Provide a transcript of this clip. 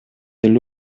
эле